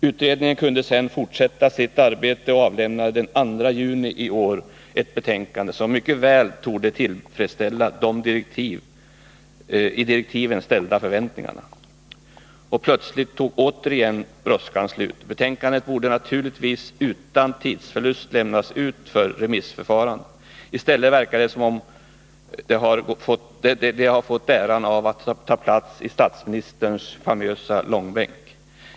Utredningen kunde sedan fortsätta sitt arbete och avlämnade den 2 juni i år ett betänkande som mycket väl torde tillfredsställa de i direktiven ställda förväntningarna. Plötsligt tog återigen brådskan slut. Betänkandet borde naturligtvis utan tidsförlust lämnas ut för remissförfarande. I stället verkar det som om det har fått äran att ta plats i statsministerns famösa långbänk.